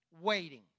Waiting